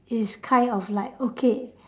it's kind of like okay